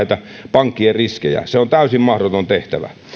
pankkien riskejä se on täysin mahdoton tehtävä